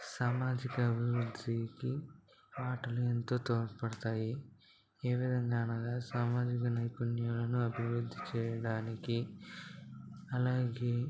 సామాజిక అభివృద్ధికి ఆటలు ఎంతో తోడ్పడుతాయి ఏ విధంగా అనగా సామాజిక నైపుణ్యాలను అభివృద్ధి చేయడానికి అలాగే